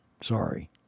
Sorry